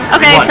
Okay